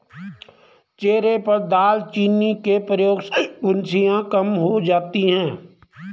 चेहरे पर दालचीनी के प्रयोग से फुंसियाँ कम हो जाती हैं